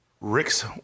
Rick's